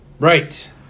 Right